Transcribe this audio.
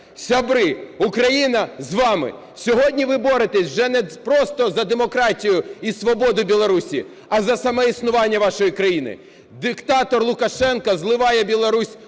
Сябри, Україна з вами! Сьогодні ви боретесь вже не просто за демократію і свободу Білорусі, а за саме існування вашої країни! Диктатор Лукашенко "зливає" Білорусь